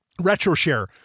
Retroshare